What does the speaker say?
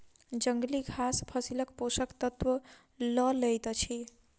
जंगली घास फसीलक पोषक तत्व लअ लैत अछि